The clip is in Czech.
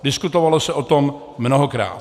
Diskutovalo se o tom mnohokrát.